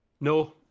No